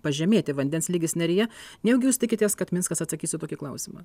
pažemėti vandens lygis neryje nejaugi jūs tikitės kad minskas atsakys į tokį klausimą